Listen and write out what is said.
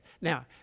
Now